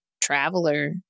Traveler